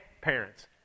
parents